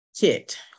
kit